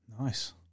Nice